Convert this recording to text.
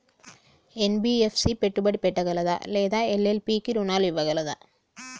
NBFC పెట్టుబడి పెట్టగలదా లేదా ఎల్.ఎల్.పి కి రుణాలు ఇవ్వగలదా?